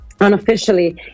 unofficially